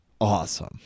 awesome